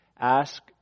ask